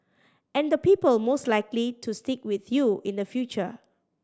and the people most likely to stick with you in the future